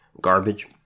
garbage